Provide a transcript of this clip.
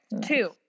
two